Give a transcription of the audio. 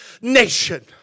nation